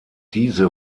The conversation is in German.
diese